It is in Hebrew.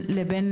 לבין